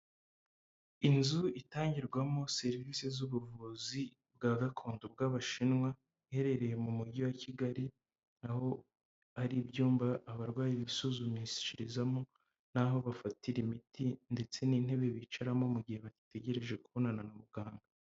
Inzu itangirwamo serivisi z'ubuvuzi bwa gakondo bw'abashinwa iherereye mu mujyi wa Kigali naho hari ibyumba abarwayi bisuzumishirizamo n'aho bafatira imiti ndetse n'intebe bicaramo mu gihe bategereje kubonana na muganga.